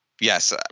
yes